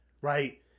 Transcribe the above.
right